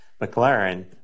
McLaren